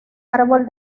árbol